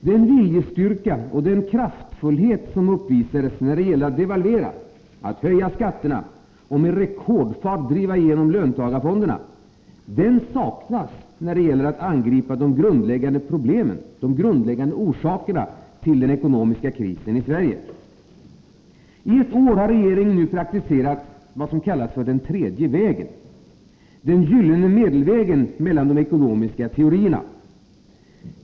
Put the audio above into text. Den viljestyrka och kraftfullhet som uppvisades när det gällde att devalvera, höja skatterna och med rekordfart driva igenom löntagarfonderna saknas när det gäller att angripa de grundläggande problemen, de grundläggande orsakerna till den ekonomiska krisen i Sverige. I ett år har regeringen nu praktiserat det som kallats ”den tredje vägen”, den gyllene medelvägen mellan de ekonomiska teorierna.